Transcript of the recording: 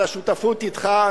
על השותפות אתך.